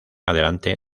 adelante